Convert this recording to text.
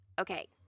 Okay